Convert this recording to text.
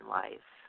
life